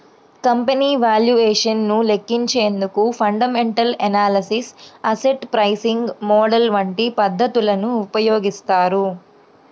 company valuation ను లెక్కించేందుకు fundamental analysis, asset pricing model వంటి పద్ధతులను ఉపయోగిస్తారు